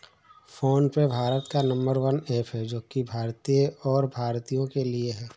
phone पे भारत का number one app है जो की भारतीय है और भारतीयों के लिए है